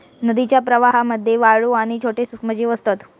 नदीच्या प्रवाहामध्ये वाळू आणि छोटे सूक्ष्मजीव असतत